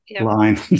line